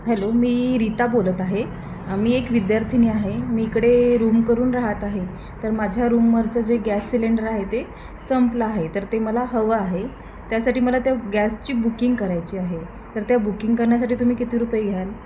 hello मी रीता बोलत आहे मी एक विद्यार्थिनी आहे मी इकडे रूम करून राहत आहे तर माझ्या रूमवरचं जे गॅस सिलेंडर आहे ते संपलं आहे तर ते मला हवं आहे त्यासाठी मला त्या गॅसची बुकिंग करायची आहे तर त्या बुकिंग करण्यासाठी तुम्ही किती रुपये घ्याल